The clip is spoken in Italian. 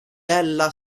ella